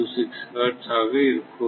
00326 hertz ஆக இருக்கும்